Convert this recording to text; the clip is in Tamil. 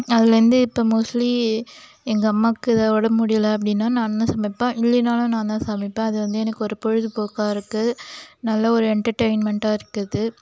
அதுலேருந்து இப்போ மோஸ்லி எங்கள் அம்மாவுக்கு ஏதா உடம்பு முடியல அப்படினா நான் தான் சமைப்பேன் இல்லைனாலும் நான் தான் சமைப்பேன் அது வந்து எனக்கு ஒரு பொழுதுபோக்காக இருக்குது நல்ல ஒரு என்டர்டைமன்ட்டாக இருக்குது அது